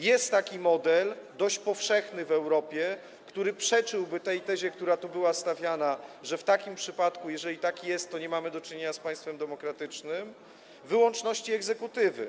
Jest też taki model, dość powszechny w Europie, który przeczyłby tezie, która tu była stawiana - że w takim przypadku, jeżeli tak jest, to nie mamy do czynienia z państwem demokratycznym - wyłączności w tym zakresie egzekutywy.